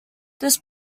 this